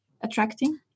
attracting